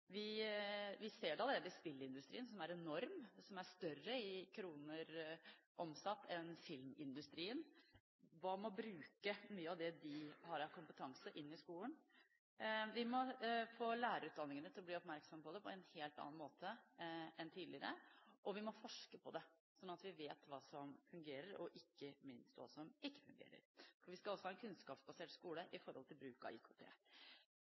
Vi ser det allerede i spillindustrien, som er enorm, og som er større omsatt i kroner enn filmindustrien. Hva med å bruke mye av det de har av kompetanse, i skolen? Vi må få lærerutdanningen til å bli oppmerksom på det på en helt annen måte enn tidligere, og vi må forske på det, slik at vi vet hva som fungerer, og ikke minst hva som ikke fungerer. Vi skal også ha en kunnskapsbasert skole, med bruk av IKT.